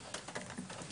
לתחזוקה.